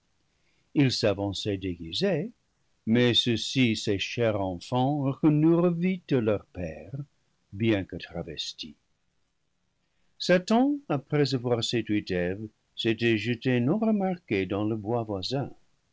il s'avançait déguisé mais ceux-ci ses chers enfants reconnurent vite leur père bien que travesti satan après avoir séduit eve s'était jeté non remarqué dans le bois voisin